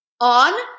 on